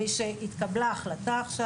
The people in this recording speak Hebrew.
משהתקבלה החלטה עכשיו